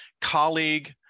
colleague